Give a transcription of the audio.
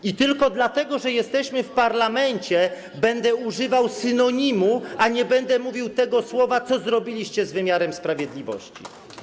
I tylko dlatego że jesteśmy w parlamencie, będę używał synonimu, a nie będę mówił tego słowa, co zrobiliście z wymiarem sprawiedliwości.